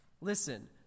Listen